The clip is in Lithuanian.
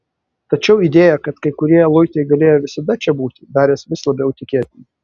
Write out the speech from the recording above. tačiau idėja kad kai kurie luitai galėjo visada čia būti darėsi vis labiau tikėtina